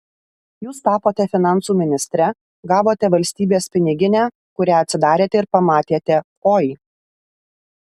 jūs tapote finansų ministre gavote valstybės piniginę kurią atsidarėte ir pamatėte oi